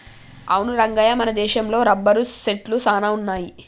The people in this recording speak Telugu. అవును రంగయ్య మన దేశంలో రబ్బరు సెట్లు సాన వున్నాయి